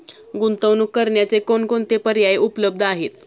गुंतवणूक करण्याचे कोणकोणते पर्याय उपलब्ध आहेत?